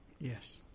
Yes